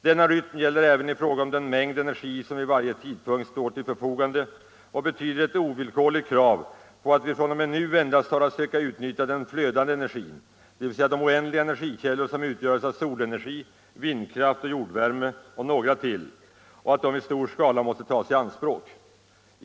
Denna rytm gäller även i fråga om den mängd energi som vid varje tidpunkt står till förfogande och betyder ett ovillkorligt krav på att vi från och med nu endast har att söka utnyttja den flödande energin, dvs. de oändliga energikällor som utgöres av solenergi, vindkraft och jordvärme och några till, vilken i stor skala måste tas i anspråk.